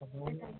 അതുകൊണ്ട് ആണ്